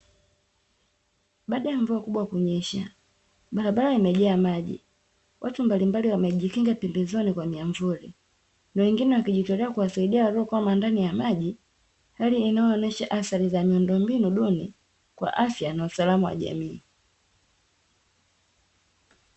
Baada ya mvua kubwa kunyesha, barabara imejaa maji. Watu mbalimbali wamejikinga pembezoni kwa mimvuli, na wengine wakijitolea kuwasaidia waliokuwa ndani ya maji. Hali inayoonyesha athari za miundombinu duni kwa afya na usalama wa jamii.